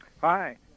Hi